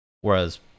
whereas